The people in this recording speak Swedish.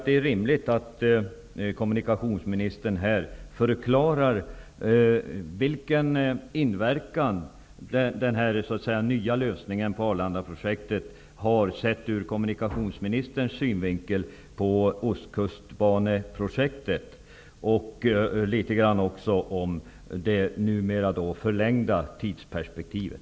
Det är rimligt att kommunikationsministern här förklarar vilken inverkan den nya lösningen på Arlandaprojektet har på ostkustbaneprojektet, sett ur kommunikationsministerns synvinkel, och litet grand om det numera förlängda tidsperspektivet.